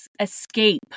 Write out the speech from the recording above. escape